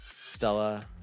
stella